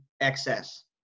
excess